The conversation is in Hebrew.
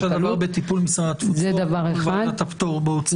אני יודע שהדבר בטיפול משרד התפוצות לקבלת הפטור בהוצאה.